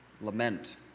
lament